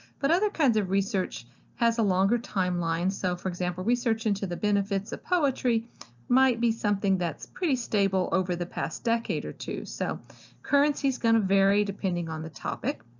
but other kinds of research has a longer timeline, so for example research into the benefits of poetry might be something that's pretty stable over the past decade or two. so currency's going to vary depending on the topic.